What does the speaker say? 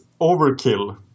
overkill